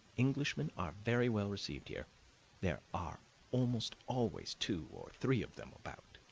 englishmen are very well received here there are almost always two or three of them about.